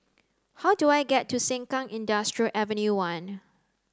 how do I get to Sengkang Industrial Ave one